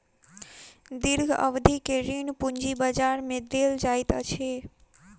दीर्घ अवधि के ऋण पूंजी बजार में देल जाइत अछि